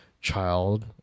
Child